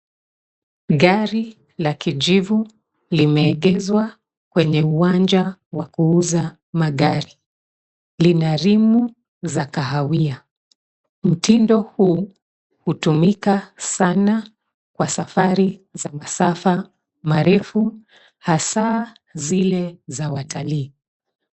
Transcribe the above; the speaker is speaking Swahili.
Gari la kijivu limeegeshwa kwenye uwanja wa kuuza magari. Lina rimu za kahawia .Mtindo huu hutumika sana kwa safari za masafa marefu hasa zile za watalii.